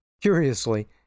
Curiously